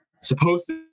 supposed